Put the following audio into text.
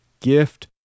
gift